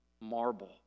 marble